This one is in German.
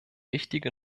wichtige